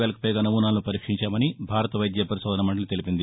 వేలకు పైగా నమూనాలను పరీక్షించామని భారత వైద్య పరిశోధనా మండలి తెలిపింది